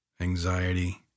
anxiety